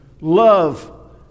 love